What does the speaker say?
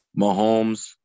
Mahomes